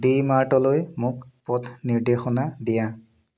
D মাৰ্টলৈ মোক পথ নিৰ্দেশনা দিয়া